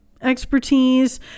expertise